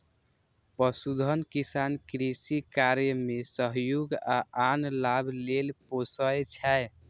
पशुधन किसान कृषि कार्य मे सहयोग आ आन लाभ लेल पोसय छै